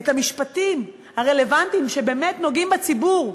את המשפטים הרלוונטיים שבאמת נוגעים בציבור,